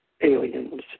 aliens